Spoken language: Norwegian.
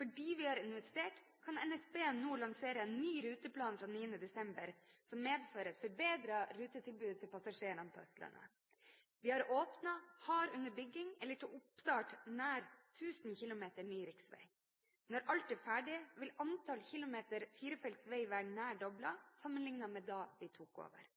Fordi vi har investert, kan NSB nå lansere ny ruteplan fra 9. desember som medfører et forbedret rutetilbud til passasjerene på Østlandet. Vi har åpnet, har under bygging eller til oppstart nær 1 000 km ny riksveg. Når alt er ferdig, vil antall kilometer firefelts veg være nær doblet, sammenlignet med da vi tok over.